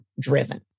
driven